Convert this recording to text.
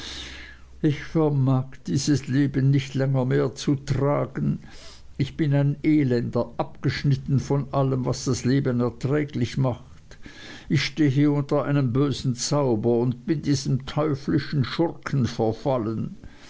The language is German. ich vermag dieses leben nicht länger mehr zu tragen ich bin ein elender abgeschnitten von allem was das leben erträglich macht ich stehe unter einem bösen zauber und bin diesem teuflischen schurken verfallen